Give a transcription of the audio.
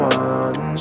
one